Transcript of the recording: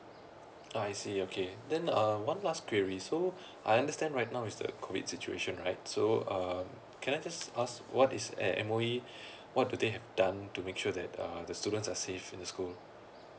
I see okay then uh one last query so I understand right now is the COVID situation right so um can I just ask what is eh M_O_E what do they have done to make sure that uh the students are safe in the school